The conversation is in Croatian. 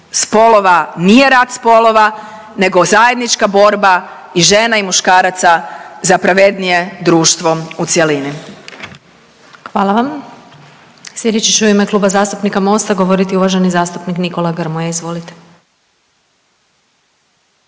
spolova nije rat spolova, nego zajednička borba i žena i muškaraca za pravednije društvo u cjelini. **Glasovac, Sabina (SDP)** Hvala vam. Sljedeći će u ime Kluba zastupnika Mosta govoriti uvaženi zastupnik Nikola Grmoja, izvolite.